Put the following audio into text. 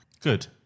good